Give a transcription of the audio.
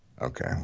okay